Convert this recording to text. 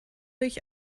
ich